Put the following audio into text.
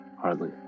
hardly